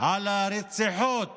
על הרציחות